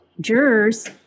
jurors